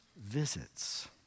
visits